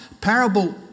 Parable